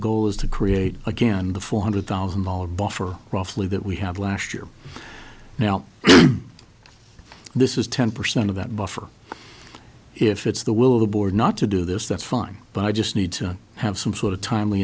goal is to create again the four hundred thousand dollars buffer roughly that we have last year now this is ten percent of that buffer if it's the will of the board not to do this that's fine but i just need to have some sort of timely